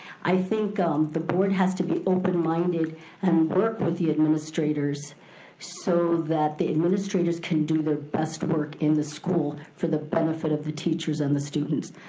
i think um the board has to be open-minded and work with the administrators so that the administrators can do their best work in the school for the benefit of the teachers and the students.